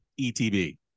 ETB